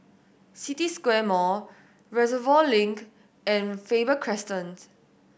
City Square Mall Reservoir Link and Faber Crescent